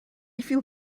feel